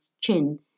chin